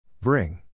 Bring